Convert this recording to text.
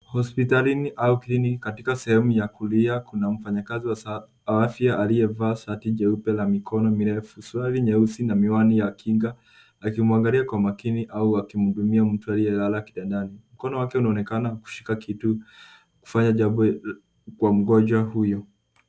Hospitalini au clinic . Katika sehemu ya kulia, kuna mfanyakazi wa afya aliyavaa shati jeupe la mikono mirefu, suruari nyeusi na miwani ya kinga akimwangalia kwa makini au akimhudumia mtu aliyelala kitandani. Mkono wake unaonekana kushika kitu kufanya jambo kwa mgonjwa huyu.